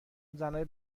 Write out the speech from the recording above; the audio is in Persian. زنهای